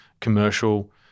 commercial